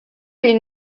les